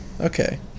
Okay